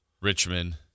Richmond